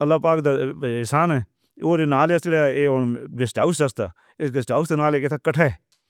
اللہ پاک تے نالے۔